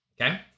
Okay